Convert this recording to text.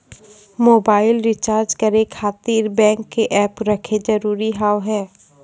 Mobile recharge करे खातिर bank के ऐप रखे जरूरी हाव है?